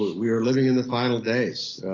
we are living in the final days.